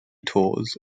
tours